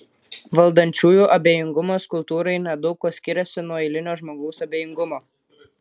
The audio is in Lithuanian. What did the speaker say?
valdančiųjų abejingumas kultūrai nedaug kuo skiriasi nuo eilinio žmogaus abejingumo